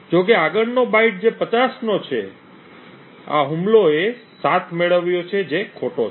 જો કે આગળનો બાઇટ જે 50 નો છે આ હુમલો એ 7 મેળવ્યો છે જે ખોટો છે